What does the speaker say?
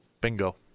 Bingo